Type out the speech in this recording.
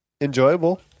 enjoyable